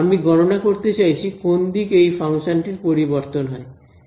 এখন আমি পেয়েছি gxy আমি গণনা করতে চাইছি কোন দিকে এই ফাংশনটির পরিবর্তন হয়